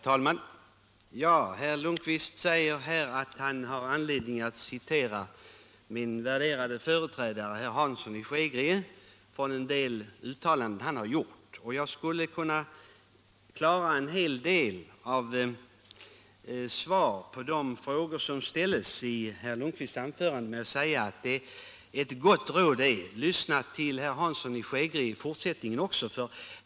Herr talman! Herr Lundkvist sade att han har anledning att citera en del av de uttalanden min ärade företrädare Hansson i Skegrie har gjort. Jag skulle kunna klara en hel del av de frågor som herr Lundkvist ställde i sitt anförande genom att ge honom det goda rådet att lyssna till herr Hansson i Skegrie i fortsättningen också.